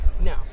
No